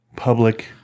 public